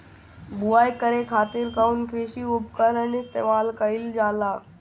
बुआई करे खातिर कउन कृषी उपकरण इस्तेमाल कईल जाला?